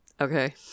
Okay